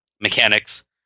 mechanics